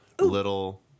little